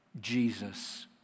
Jesus